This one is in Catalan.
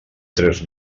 tres